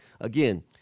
again